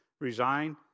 resign